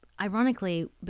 ironically